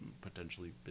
potentially